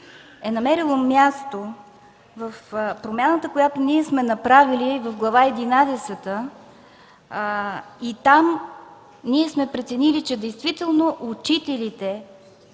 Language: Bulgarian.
е намерило място в промяната, която сме направили в Глава единадесета. Там сме преценили, че действително учителите